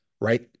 right